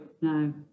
No